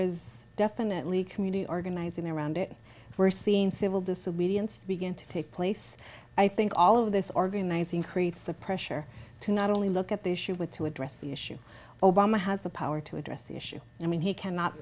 is definitely community organizing around it we're seeing civil disobedience begin to take place i think all of this organizing creates the pressure to not only look at the issue with to address the issue obama has the power to address the issue i mean he cannot